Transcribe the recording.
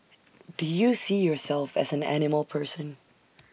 do you see yourself as an animal person